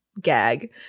gag